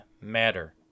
matter